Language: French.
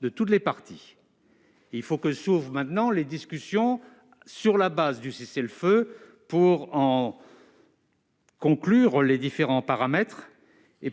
par toutes les parties. Doivent maintenant s'ouvrir les discussions, sur la base du cessez-le-feu, pour en définir les différents paramètres,